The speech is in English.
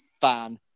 fan